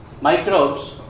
microbes